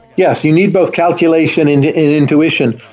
yes, you need both calculation and intuition,